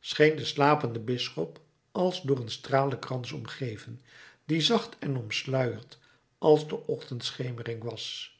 scheen de slapende bisschop als door een stralenkrans omgeven die zacht en omsluierd als de ochtendschemering was